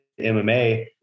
MMA